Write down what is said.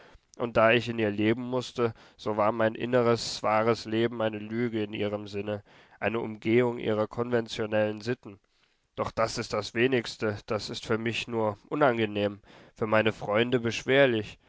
und da ich in ihr leben mußte so war mein inneres wahres leben eine lüge in ihrem sinne eine umgehung ihrer konventionellen sitten doch das ist das wenigste das ist für mich nur unangenehm für meine freunde beschwerlich